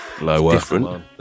lower